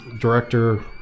director